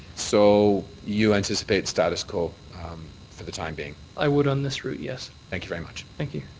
so you anticipate status quo for the time being. i would on this route, yes. thank you very much. thank you.